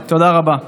תודה רבה.